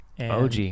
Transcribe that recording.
OG